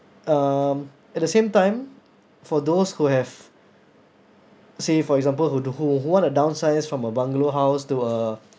um at the same time for those who have say for example who th~ who who want to downsize from a bungalow house to a